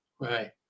Right